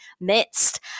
midst